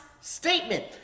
statement